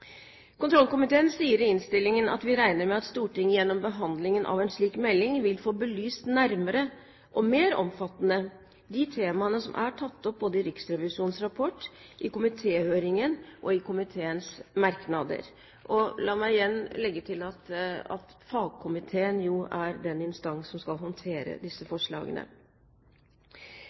Kontrollkomiteen sier i innstillingen at vi regner med at Stortinget gjennom behandlingen av en slik melding «vil få belyst nærmere og mer omfattende de temaene som er tatt opp både i Riksrevisjonens rapport, høringen i komiteen og i komiteens merknader». La meg igjen legge til at fagkomiteen jo er den instans som skal håndtere disse forslagene.